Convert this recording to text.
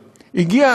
זה צריך להיות,